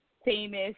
famous